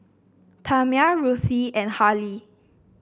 Tamia Ruthie and Harlie